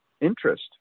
interest